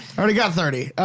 already got thirty.